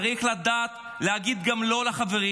צריך לדעת להגיד גם לא לחברים,